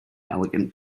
elegant